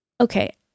Okay